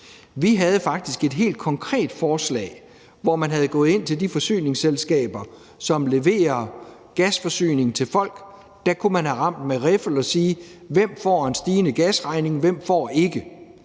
Vi havde faktisk et helt konkret forslag, hvor man skulle gå til de forsyningsselskaber, som står for gasforsyning til folk, og der kunne man have ramt det med riffel og sagt: Hvem får en stigende gasregning, og hvem gør ikke?